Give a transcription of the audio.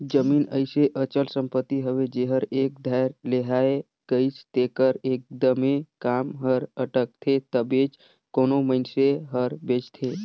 जमीन अइसे अचल संपत्ति हवे जेहर एक धाएर लेहाए गइस तेकर एकदमे काम हर अटकथे तबेच कोनो मइनसे हर बेंचथे